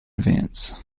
advance